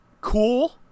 Cool